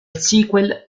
sequel